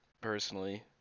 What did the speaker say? personally